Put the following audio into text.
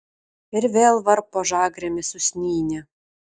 ir vėl varpo žagrėmis usnynę